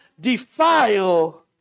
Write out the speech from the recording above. defile